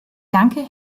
danke